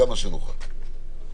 כמה שנוכל.